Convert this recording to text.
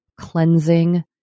Cleansing